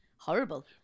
Horrible